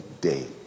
day